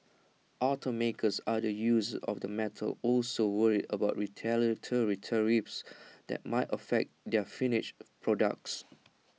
automakers other users of the metals also worried about retaliatory tariffs that might affect their finished products